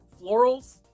florals